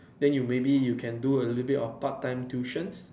they you maybe you can do a little bit of part time tuitions